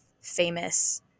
famous